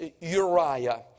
Uriah